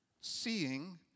seeing